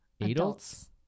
Adults